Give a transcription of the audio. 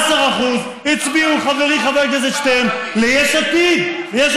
13% הצביעו, חברי חבר הכנסת שטרן, ליש עתיד.